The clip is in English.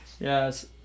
yes